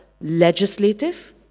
legislative